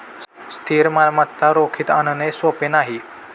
स्थिर मालमत्ता रोखीत आणणे सोपे नाही